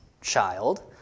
child